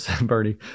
Bernie